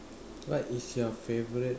what is your favourite